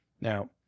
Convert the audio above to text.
Now